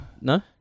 No